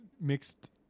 mixed